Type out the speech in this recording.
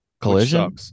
Collision